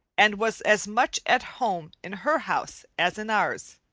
and was as much at home in her house as in ours.